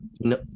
No